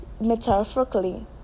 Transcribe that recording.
Metaphorically